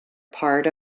part